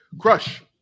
crush